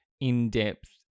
in-depth